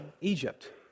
Egypt